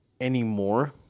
anymore